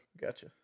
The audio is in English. gotcha